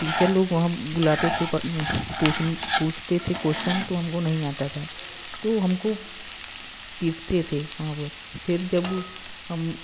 teacher लोग वहाँ बुलाते थे प पूछ पूछते थे कोश्चन तो हमको नहीं आता था तो हमको पीटते थे वहाँ पर फिर जब हम